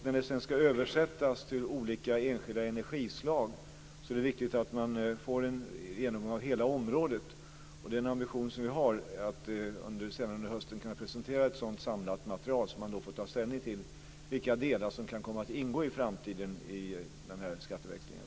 När det sedan ska översättas till olika enskilda energislag är det viktigt att man får en genomgång av hela området. Den ambition vi har är att senare under hösten kunna presentera ett sådant samlat material. Man får då ta ställning till vilka delar som kan komma att ingå i framtiden i skatteväxlingen.